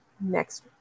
next